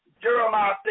Jeremiah